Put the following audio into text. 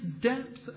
depth